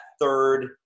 third